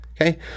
Okay